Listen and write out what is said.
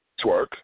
Twerk